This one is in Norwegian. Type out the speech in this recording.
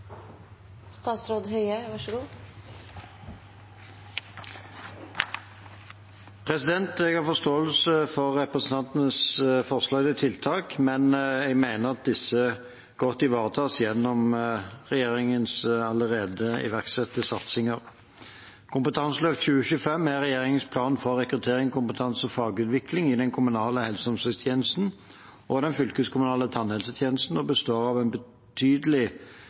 Jeg har forståelse for representantenes forslag til tiltak, men jeg mener at disse godt ivaretas gjennom regjeringens allerede iverksatte satsinger. Kompetanseløft 2025 er regjeringens plan for rekruttering, kompetanse og fagutvikling i den kommunale helse- og omsorgstjenesten og i den fylkeskommunale tannhelsetjenesten og består av en betydelig